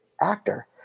actor